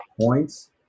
points